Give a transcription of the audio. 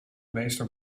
meester